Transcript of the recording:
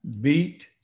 beat